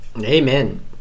Amen